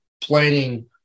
planning